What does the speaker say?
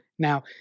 Now